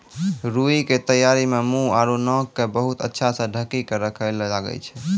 रूई के तैयारी मं मुंह आरो नाक क बहुत अच्छा स ढंकी क राखै ल लागै छै